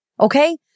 Okay